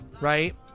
Right